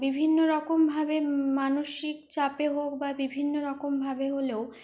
বিভিন্ন রকমভাবে মানসিক চাপে হোক বা বিভিন্ন রকমভাবে হলেও